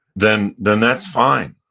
then then that's fine.